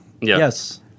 Yes